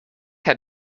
had